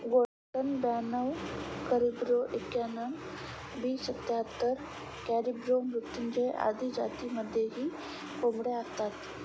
golden ब्याणव caribro एक्याण्णण, B सत्याहत्तर, कॅरिब्रो मृत्युंजय आदी जातींमध्येही कोंबड्या असतात